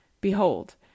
Behold